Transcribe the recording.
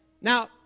Now